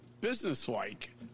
businesslike